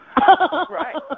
Right